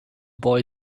boy